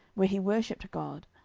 where he worshipped god,